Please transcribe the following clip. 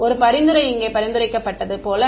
ஒரு பரிந்துரை இங்கே பரிந்துரைக்கப்பட்டது போல